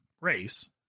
race